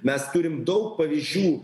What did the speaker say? mes turim daug pavyzdžių